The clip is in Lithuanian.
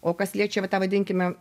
o kas liečia va tą vadinkime